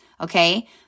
okay